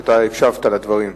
שאתה הקשבת לדברים,